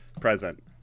present